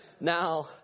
Now